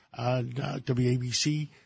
WABC